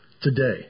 today